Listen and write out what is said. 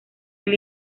del